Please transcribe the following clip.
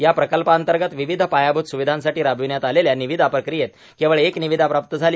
या प्रकल्पांतर्गत विविध पायाभूत सुविधांसाठी राबविण्यात आलेल्या निविदा प्रक्रियेत केवळ एक निविदा प्राप्त झाली